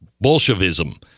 Bolshevism